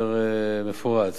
יותר רחב.